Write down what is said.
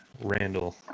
Randall